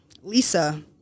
Lisa